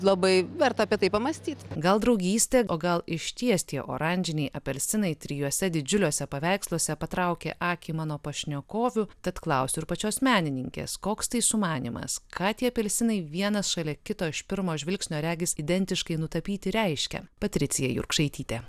labai verta apie tai pamąstyt gal draugystė o gal išties tie oranžiniai apelsinai trijuose didžiuliuose paveiksluose patraukia akį mano pašnekovių tad klausiu ir pačios menininkės koks tai sumanymas ką tie apelsinai vienas šalia kito iš pirmo žvilgsnio regis identiškai nutapyti reiškia patricija jurkšaitytė